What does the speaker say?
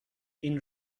این